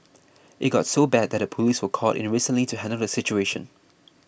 it got so bad that the police were called in recently to handle the situation